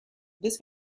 this